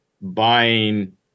buying